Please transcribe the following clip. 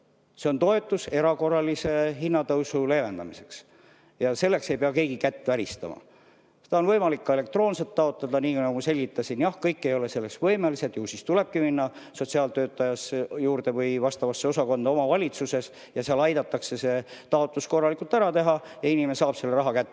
See on toetus erakorralise hinnatõusu leevendamiseks ja selleks ei pea keegi kätt väristama. Seda on võimalik ka elektroonselt taotleda, nii nagu selgitasin. Jah, kõik ei ole selleks võimelised, ju siis tulebki minna sotsiaaltöötaja juurde või vastavasse omavalitsuse osakonda, kus aidatakse see taotlus korralikult ära teha ja inimene saab raha kätte.